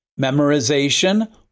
memorization